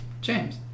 James